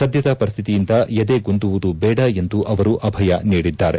ಸದ್ದದ ಪರಿಸ್ಥಿತಿಯಿಂದ ಎದೆಗುಂದುವುದು ಬೇಡ ಎಂದು ಅವರು ಅಭಯ ನೀಡಿದ್ದಾರೆ